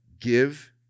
give